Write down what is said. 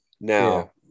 Now